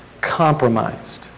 compromised